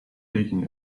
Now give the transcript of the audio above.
taking